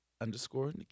underscore